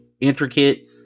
Intricate